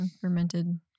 Fermented